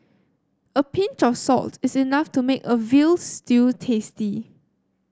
a pinch of salt is enough to make a veal stew tasty